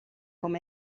com